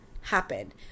happen